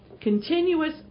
continuous